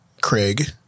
Craig